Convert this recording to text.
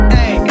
Hey